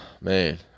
man